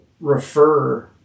refer